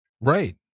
Right